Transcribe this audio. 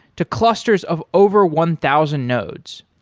to clusters of over one thousand nodes.